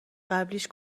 قبلیش